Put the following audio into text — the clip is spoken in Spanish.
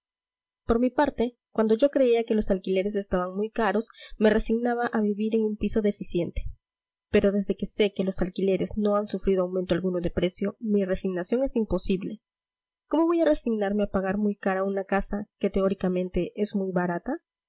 por mi parte cuando yo creía que los alquileres estaban muy caros me resignaba a vivir en un piso deficiente pero desde que sé que los alquileres no han sufrido aumento alguno de precio mi resignación es imposible cómo voy a resignarme a pagar muy cara una casa que teóricamente es muy barata